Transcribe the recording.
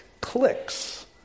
clicks